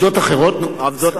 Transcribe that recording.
עובדות אחרות, נו, בסדר.